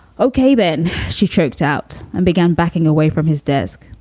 ok, then she choked out and began backing away from his desk,